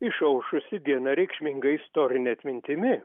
išaušusi diena reikšminga istorine atmintimi